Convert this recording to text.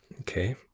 Okay